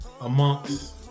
amongst